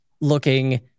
looking